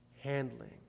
handling